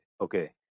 Okay